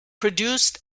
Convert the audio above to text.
produced